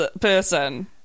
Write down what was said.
person